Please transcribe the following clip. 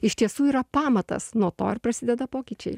iš tiesų yra pamatas nuo to ir prasideda pokyčiai